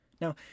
Now